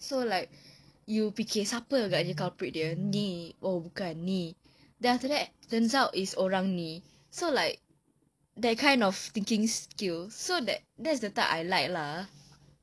so like you fikir siapa agaknya culprit ini oh bukan ini then after that turns out it's orang ini so like that kind of thinking skills so that so that's the type I like lah